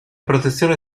protezione